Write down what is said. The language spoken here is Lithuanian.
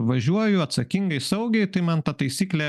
važiuoju atsakingai saugiai tai man ta taisyklė